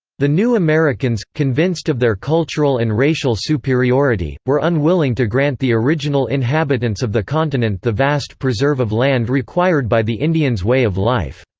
the new americans, convinced of their cultural and racial superiority, were unwilling to grant the original inhabitants of the continent the vast preserve of land required by the indians' way of life.